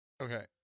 Okay